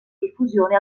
diffusione